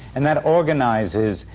and that organizes